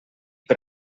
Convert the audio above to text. per